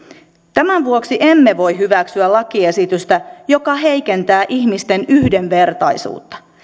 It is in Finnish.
tämän vuoksi emme voi hyväksyä lakiesitystä joka heikentää ihmisten yhdenvertaisuutta